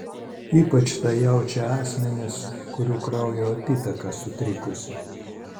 ypač tą jaučia asmenys kurių kraujo apytaka sutrikusi